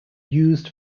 used